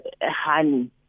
honey